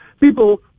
people